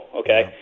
okay